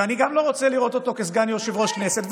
וגם אני לא רוצה לראות אותו כסגן יושב-ראש כנסת,